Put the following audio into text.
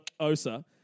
osa